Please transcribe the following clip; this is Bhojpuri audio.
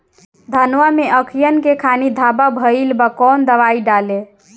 धनवा मै अखियन के खानि धबा भयीलबा कौन दवाई डाले?